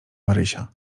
marysia